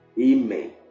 amen